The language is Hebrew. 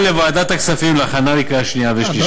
לוועדת הכספים להכנה לקריאה שנייה ושלישית.